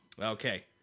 Okay